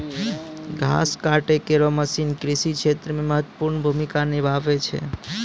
घास काटै केरो मसीन कृषि क्षेत्र मे महत्वपूर्ण भूमिका निभावै छै